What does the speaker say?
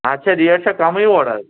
اَچھا ریٹ چھےٚ کَمٕے اورٕ آز